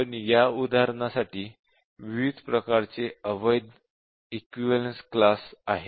कारण या उदाहरणासाठी विविध प्रकारचे अवैध इक्विवलेन्स क्लास आहेत